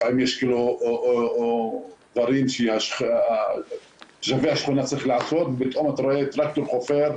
לפעמים יש דברים שבשכונה צריך לעשות ופתאום אתה רואה טרקטור חופר.